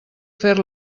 fer